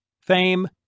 fame